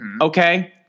Okay